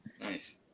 Nice